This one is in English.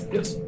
Yes